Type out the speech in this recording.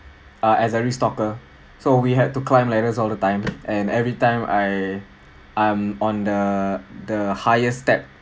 ah as a re-stocker so we had to climb ladders all the time and every time I I'm on the the highest step